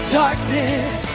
darkness